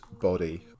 body